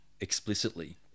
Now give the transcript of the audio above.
explicitly